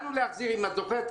אם את זוכרת,